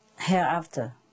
hereafter